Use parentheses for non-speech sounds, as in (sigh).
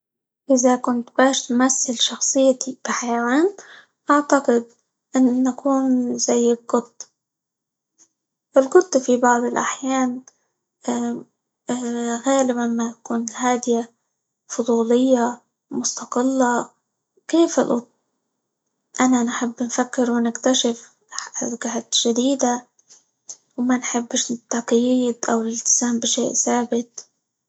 إذا كنت باش نمثل شخصيتى بحيوان أعتقد إن نكون زي القط، القط في بعض الأحيان (hesitation) غالبًا ما تكون هادية، فضولية، مستقلة، كيف القط أنا نحب نفكر، ونكتشف -حج- حاجات جديدة، وما نحبش التقييد، أو الإلتزام بشيء ثابت.